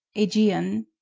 aegeon,